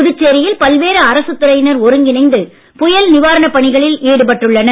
புதுச்சேரியில் பல்வேறு அரசுத் துறையினர் ஒருங்கிணைந்து புயல் நிவாரணப் பணிகளில் ஈடுபட்டுள்ளனர்